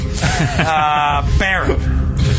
Baron